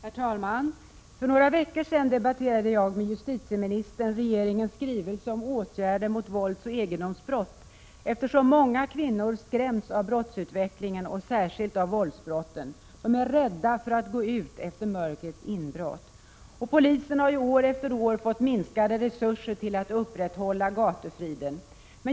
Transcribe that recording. Herr talman! För några veckor sedan debatterade jag med justitieministern regeringens skrivelse om åtgärder mot våldsoch egendomsbrott, eftersom många kvinnor skrämts av brottsutvecklingen, särskilt beträffande våldsbrotten. De är rädda för att gå ut efter mörkrets inbrott. Polisen har år efter år fått minskade resurser till att upprätthålla gatufriden.